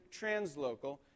translocal